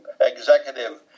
executive